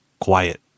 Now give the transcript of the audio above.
quiet